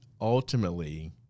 ultimately